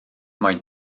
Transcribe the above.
mai